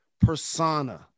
persona